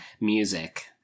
Music